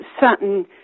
certain